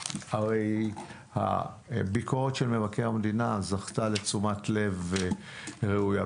הרי הביקורת של מבקר המדינה זכתה לתשומת לב ראויה.